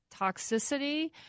toxicity